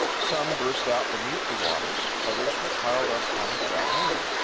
some burst out beneath the waters others were piled up on the dry land.